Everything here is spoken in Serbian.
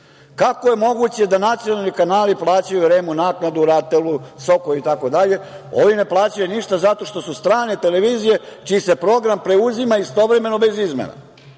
Kako je moguće da nacionalni kanali plaćaju REM-u naknadu, RATEL-u, SOKOJ-u itd, a ovi ne plaćaju ništa zato što su strane televizije čiji se program preuzima istovremeno bez izmena?